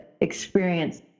experience